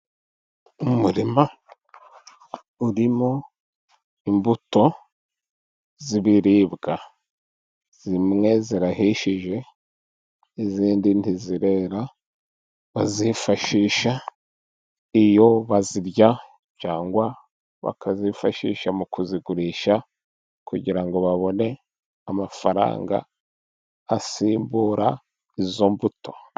Umurima urimo imbuto z'ibiribwa. Zimwe zirahishije, izindi ntizirashya, bazifashisha iyo bazirya cyangwa bakazifashisha mu kuzigurisha, kugira ngo babone amafaranga asimbura izo mbuto.